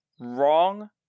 wrong